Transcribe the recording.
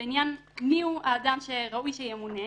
לעניין מי הוא האדם שראוי שימונה.